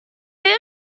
him